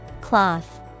Cloth